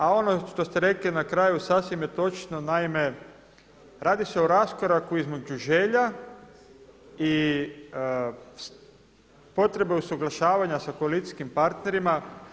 A ono što ste rekli na kraju sasvim je točno, naime radi se o raskoraku između želja i potreba usuglašavanja sa koalicijskim partnerima.